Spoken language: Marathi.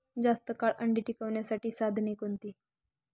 जास्त काळ अंडी टिकवण्यासाठी साधने कोणती?